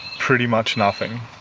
pretty much nothing.